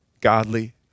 godly